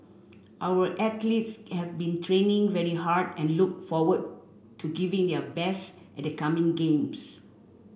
our athletes have been training very hard and look forward to giving their best at the coming games